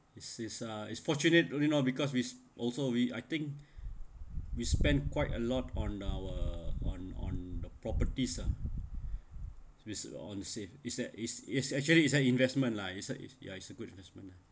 is is uh is fortunate you know because we also we I think we spent quite a lot on our on on the properties ah on save is that is is actually is an investment lah it's like it's ya it's a good investment ah